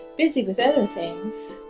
busy with other things.